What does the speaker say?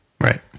Right